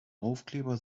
aufkleber